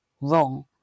wrong